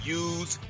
use